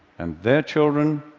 and their children,